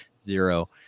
zero